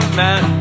man